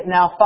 Now